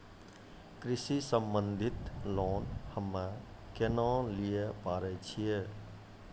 कृषि संबंधित लोन हम्मय केना लिये पारे छियै?